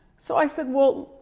so, i said, well,